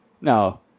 no